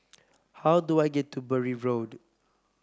how do I get to Bury Road